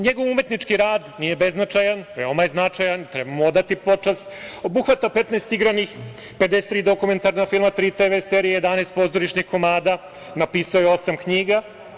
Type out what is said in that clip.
Njegov umetnički rad nije beznačajan, veoma je značajan, treba mu odati počast, i obuhvata 15 igranih, 53 dokumentarna filma, tri TV serije, 11 pozorišnih komada, napisao je osam knjiga.